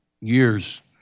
Years